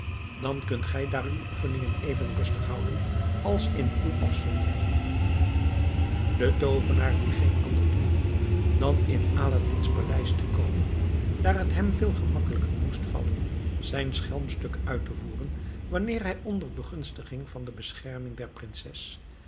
dan kunt gij daar uw oefeningen even rustig houden als in uw afzondering de toovenaar die geen ander doel had dan in aladdin's paleis te komen daar het hem veel gemakkelijker moest vallen zijn schelmstuk uit te voeren wanneer hij onder begunstiging van de bescherming der prinses